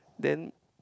then